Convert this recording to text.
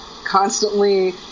constantly